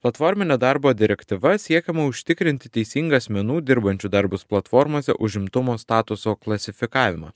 platforminė darbo direktyva siekiama užtikrinti teisingą asmenų dirbančių darbus platformose užimtumo statuso klasifikavimą